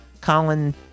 Colin